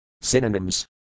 Synonyms